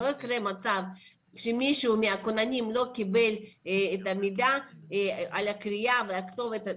שלא יקרה מצב שמישהו מהכוננים לא קיבל את המידע על הקריאה והכתובת,